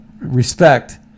respect